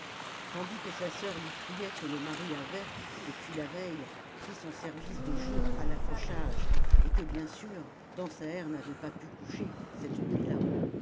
tandis que sa soeur lui criait que le mari avait depuis la veille pris son service de jour à l'accrochage et que bien sûr dansaert n'avait pu coucher cette nuit-là